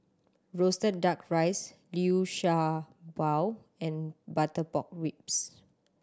roasted Duck Rice Liu Sha Bao and butter pork ribs